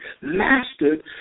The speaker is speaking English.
mastered